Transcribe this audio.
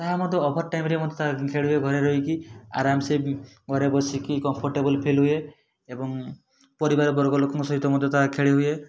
ତାହା ମଧ୍ୟ ଓଭେର ଟାଇମ୍ରେ ଖେଳେ ଘରେ ରହିକି ଆରାମସେ ଘରେ ବସିକି କମ୍ଫଟେବୁଲ୍ ଫିଲ୍ ହୁଏ ଏବଂ ପରିବାର ବର୍ଗ ଲୋକଙ୍କ ସହିତ ମଧ୍ୟ ତାହା ଖେଳି ହୁଏ